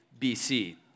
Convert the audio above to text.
BC